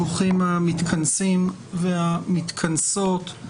ברוכים המתכנסים והמתכנסות,